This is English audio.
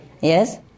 yes